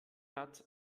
hat